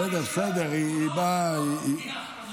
בסדר, בסדר, היא באה עכשיו.